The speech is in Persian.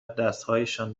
دستهایشان